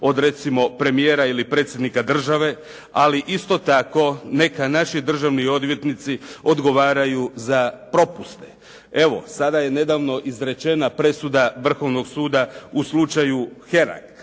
od recimo premijera ili predsjednika države, ali isto tako neka naši državni odvjetnici odgovaraju za propuste. Evo, sada je nedavno izrečena presuda Vrhovnog suda u slučaju Heraka.